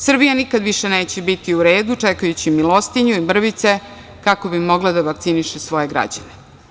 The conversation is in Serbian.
Srbija više nikada neće biti u redu čekajući milostinju i mrvice, kako bi mogla da vakciniše svoje građane.